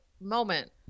moment